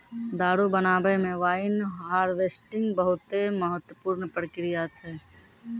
दारु बनाबै मे वाइन हार्वेस्टिंग बहुते महत्वपूर्ण प्रक्रिया छै